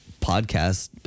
podcast